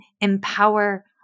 empower